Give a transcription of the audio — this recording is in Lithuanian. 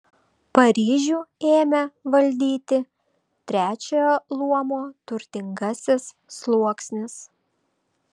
paryžių ėmė valdyti trečiojo luomo turtingasis sluoksnis